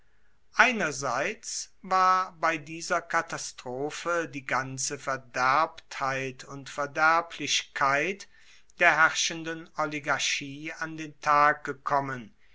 einerseits war bei dieser katastrophe die ganze verderbtheit und verderblichkeit der herrschenden oligarchie an den tag gekommen